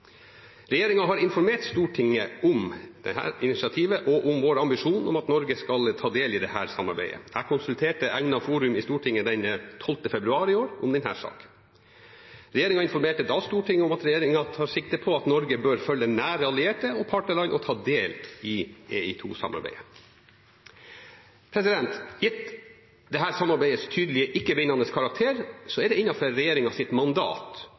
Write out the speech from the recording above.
har informert Stortinget om dette initiativet og om vår ambisjon om at Norge skal ta del i dette samarbeidet. Jeg konsulterte egnet forum i Stortinget 12. februar i år om denne saken. Regjeringen informerte da Stortinget om at regjeringen tar sikte på at Norge bør følge nære allierte og partnerland og ta del i EI2-samarbeidet. Gitt dette samarbeidets tydelige ikke-bindende karakter er det innenfor regjeringens mandat